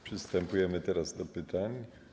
Przystępujemy teraz do pytań.